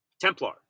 Templar